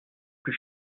plus